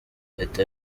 leta